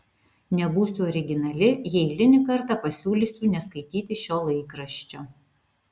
nebūsiu originali jei eilinį kartą pasiūlysiu neskaityti šio laikraščio